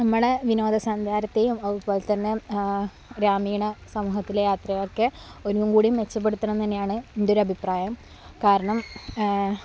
നമ്മളുടെ വിനോദ സഞ്ചാരത്തേയും അതുപോലെതന്നെ ഗ്രാമീണ സമൂഹത്തിലെ യാത്രയൊക്കെ ഒന്നും കൂടി മെച്ചപ്പെടുത്തണമെന്നു തന്നെയാണ് എൻ്റൊരഭിപ്രായം കാരണം